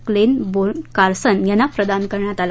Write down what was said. Claiborne Carson यांना प्रदान करण्यात आला